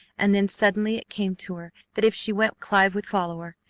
and then suddenly it came to her that if she went clive would follow her,